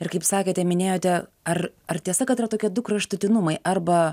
ir kaip sakėte minėjote ar ar tiesa kad yra tokie du kraštutinumai arba